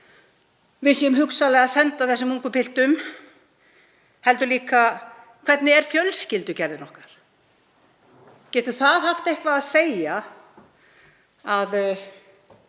við séum hugsanlega að senda þessum ungu piltum? Hvernig er fjölskyldugerðin okkar? Getur það haft eitthvað að segja?